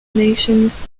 nations